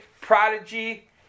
Prodigy